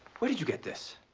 where did you get this?